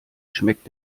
schmeckt